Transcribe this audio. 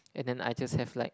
and then I just have like